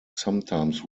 sometimes